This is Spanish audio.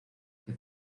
que